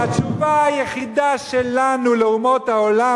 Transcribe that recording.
שהתשובה היחידה שלנו לאומות העולם,